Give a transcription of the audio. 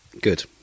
Good